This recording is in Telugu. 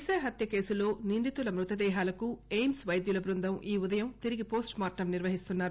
దిశ హత్య కేసులో నిందితుల మృతదేహాలకు ఎయిమ్స్ వైద్యుల బృందం ఈ ఉ దయం తిరిగి పోస్టుమార్టం నిర్వహిస్తున్నారు